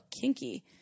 kinky